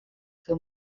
que